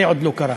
זה עוד לא קרה.